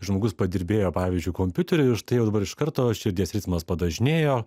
žmogus padirbėjo pavyzdžiui kompiuteriu ir štai jau dabar iš karto širdies ritmas padažnėjo